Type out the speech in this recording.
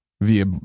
via